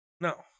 No